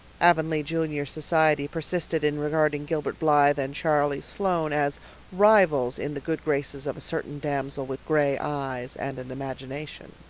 avonlea juvenile society persisted in regarding gilbert blythe and charlie sloane as rivals in the good graces of a certain damsel with gray eyes and an imagination.